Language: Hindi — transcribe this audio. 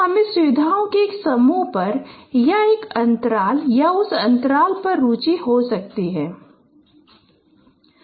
हमे सुविधाओं के एक समूह पर या एक अंतराल या उस अंतराल पर रुचि हो सकती है जिस पर यह फीचर वेक्टर को सामान होनी चाहिए